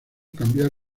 cambiar